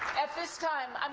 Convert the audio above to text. at this time, um